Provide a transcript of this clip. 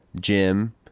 Jim